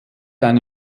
eine